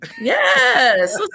Yes